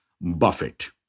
Buffett